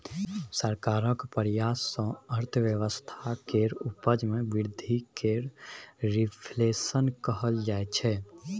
सरकारक प्रयास सँ अर्थव्यवस्था केर उपजा मे बृद्धि केँ रिफ्लेशन कहल जाइ छै